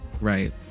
right